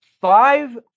five